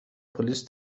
پلیس